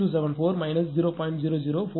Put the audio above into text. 006274 j0